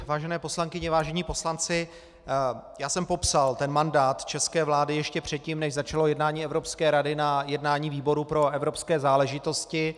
Vážené poslankyně, vážení poslanci, já jsem popsal mandát české vlády ještě předtím, než začalo jednání Evropské rady, na jednání výboru pro evropské záležitosti.